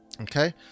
Okay